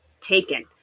taken